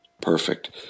Perfect